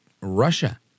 Russia